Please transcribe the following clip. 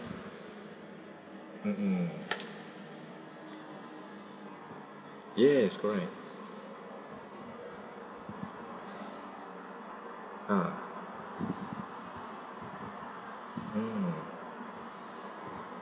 mm mm yes correct ah mm